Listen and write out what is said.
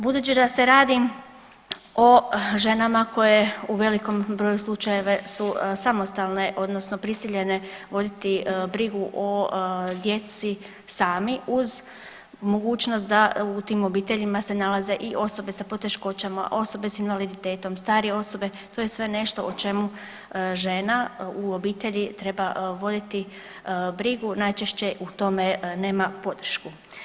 Budući da se radi o ženama koje u velikom broju slučajeva su samostalne odnosno prisiljene voditi brigu o djeci sami uz mogućnost da u tim obiteljima se nalaze i osobe s poteškoćama, osobe s invaliditetom, starije osobe to je sve nešto o čemu žena u obitelji treba voditi brigu, najčešće u tome nema podršku.